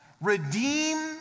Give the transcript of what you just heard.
redeem